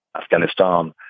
Afghanistan